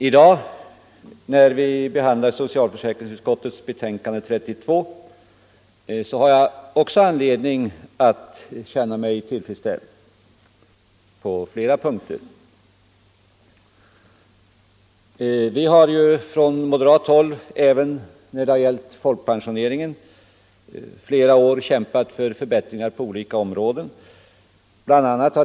I dag när vi behandlar socialförsäkringsutskottets betänkande nr 32 har jag också anledning att känna mig tillfredsställd på flera punkter. Vi har ju från moderat håll under flera år kämpat för förbättringar av olika slag för folkpensionärerna. Bl.